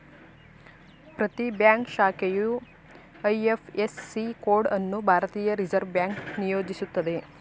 ಪ್ರತಿ ಬ್ಯಾಂಕ್ ಶಾಖೆಯು IFSC code ಅನ್ನು ಭಾರತೀಯ ರಿವರ್ಸ್ ಬ್ಯಾಂಕ್ ನಿಯೋಜಿಸುತ್ತೆ